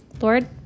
Lord